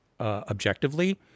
objectively